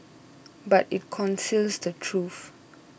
but it conceals the truth